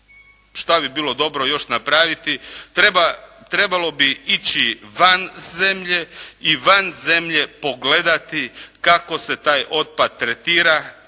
šta bi bilo dobro još napraviti. Trebalo bi ići van zemlje i van zemlje pogledati kako se taj otpad tretira,